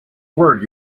word